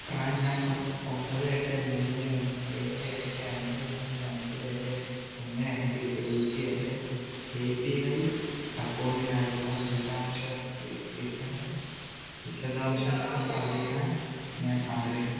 PRAN number ഒൻപത് എട്ട് മൂന്ന് ഒന്ന് ഏഴ് എട്ട് അഞ്ച് നാല് അഞ്ച് ഏഴ് ഒന്ന് അഞ്ച് ഉപയോഗിച്ച് എൻ്റെ എ പി വൈ അക്കൗണ്ടിനായുള്ള വിവരാംശ വിവരം വിശദാംശങ്ങൾ അറിയാൻ ഞാൻ ആഗ്രഹിക്കുന്നു